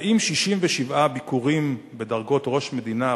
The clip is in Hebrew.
האם 67 ביקורים בדרגות ראש מדינה,